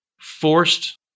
forced